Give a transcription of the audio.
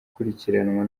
gukurikiranwa